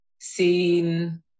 seen